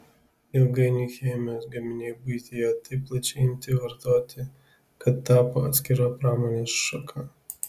ilgainiui chemijos gaminiai buityje taip plačiai imti vartoti kad tapo atskira pramonės šaka